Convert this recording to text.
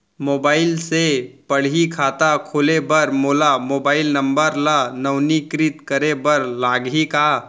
Mobile से पड़ही खाता खोले बर मोला मोबाइल नंबर ल नवीनीकृत करे बर लागही का?